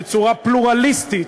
בצורה פלורליסטית,